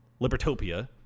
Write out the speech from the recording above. Libertopia